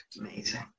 Amazing